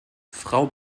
frau